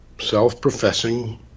self-professing